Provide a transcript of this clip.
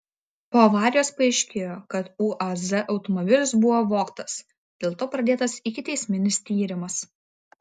po avarijos paaiškėjo kad uaz automobilis buvo vogtas dėl to pradėtas ikiteisminis tyrimas